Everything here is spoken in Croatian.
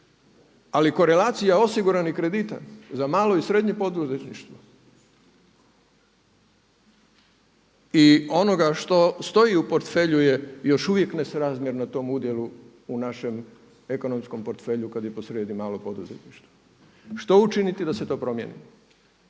Ali korelacija osiguranih kredita za malo i srednje poduzetništvo i onoga što stoji u portfelju je još uvijek nesrazmjerno tom udjelu u našem ekonomskom portfelju kad je posrijedi malo poduzetništvo. Što učinit da se to promjeni?